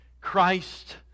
Christ